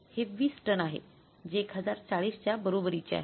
हे 20 टन आहे जे1040 च्या बरोबरीचे आहे